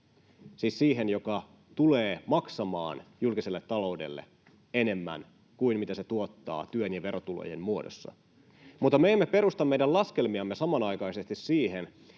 siis siihen, joka tulee maksamaan julkiselle taloudelle enemmän kuin mitä se tuottaa työn ja verotulojen muodossa. Mutta me emme perusta meidän laskelmiamme samanaikaisesti siihen,